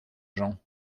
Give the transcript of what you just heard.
gens